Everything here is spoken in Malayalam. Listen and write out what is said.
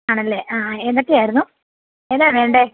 ആണല്ലേ ആ ഏതൊക്കെ ആയിരുന്നു എന്നാണ് വേണ്ടത്